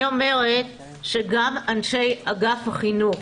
אני אומרת שגם אנשי אגף החינוך,